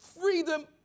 freedom